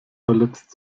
verletzt